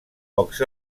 pocs